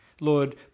Lord